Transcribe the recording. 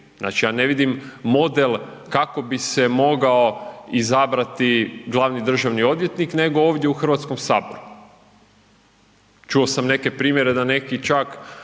znači ja ne vidim model kako bi se mogao izabrati glavni državni odvjetnik, nego ovdje u Hrvatskom saboru. Čuo sam neke primjere da neki čak